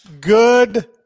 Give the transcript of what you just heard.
Good